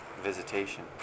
Visitation